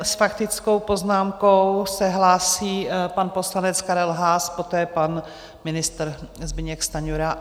S faktickou poznámkou se hlásí pan poslanec Karel Haas, poté pan ministr Zbyněk Stanjura.